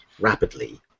rapidly